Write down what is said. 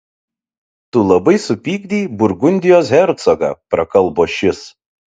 tu labai supykdei burgundijos hercogą prakalbo šis